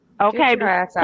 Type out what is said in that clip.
Okay